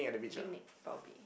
picnic probably